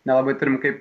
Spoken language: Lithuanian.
nelabai turim kaip